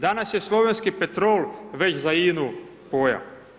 Danas je slovenski Petrol već za INA-u pojam.